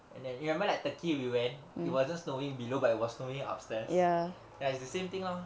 and then remember like turkey we went it wasn't snowing below but it was snowing upstairs ya it's the same thing lor